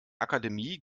akademie